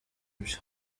ibyo